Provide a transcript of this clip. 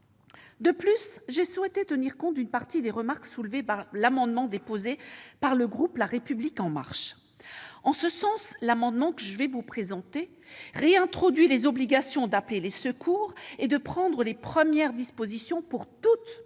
De plus, j'ai souhaité tenir compte d'une partie des remarques soulevées par l'amendement déposé par le groupe La République En Marche. En ce sens, l'amendement que je vais vous présenter réintroduit les obligations d'appeler les secours et de prendre les premières dispositions pour toute personne,